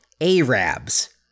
Arabs